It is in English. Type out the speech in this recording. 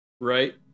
right